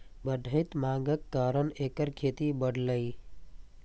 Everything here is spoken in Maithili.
बढ़ैत मांगक कारण एकर खेती बढ़लैए